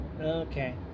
Okay